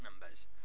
numbers